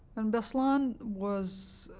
and beslan was,